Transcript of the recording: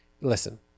listen